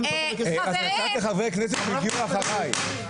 נתת לחברי כנסת שהגיעו אחריי.